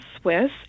Swiss